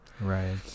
Right